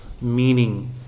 meaning